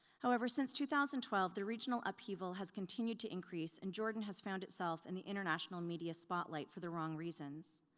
however, since two thousand and twelve the regional upheaval has continued to increase and jordan has found itself in the international media spotlight for the wrong reasons.